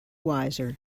wiser